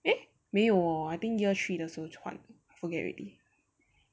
诶没有 hor I think year three 的时候就换了 forget already